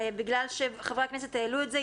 בגלל שחברי הכנסת העלו את זה,